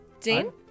Dean